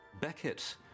Beckett